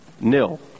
nil